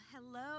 Hello